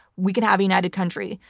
we can have a united country.